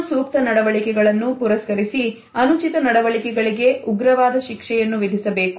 ಉತ್ತಮ ಸೂಕ್ತ ನಡವಳಿಕೆಗಳನ್ನು ಪುರಸ್ಕರಿಸಿ ಅನುಚಿತ ನಡವಳಿಕೆಗಳಿಗೆ ಉಗ್ರವಾದ ಶಿಕ್ಷೆಯನ್ನು ವಿಧಿಸಬೇಕು